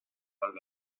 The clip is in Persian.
حال